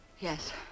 Yes